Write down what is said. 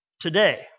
Today